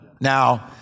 Now